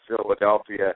Philadelphia